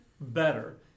better